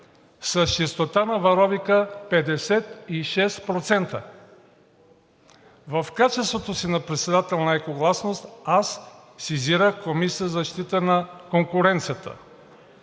с чистота на варовика 56%. В качеството си на председател на „Екогласност“ сезирах Комисията за защита на конкуренцията.